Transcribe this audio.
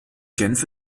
genf